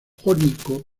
jónico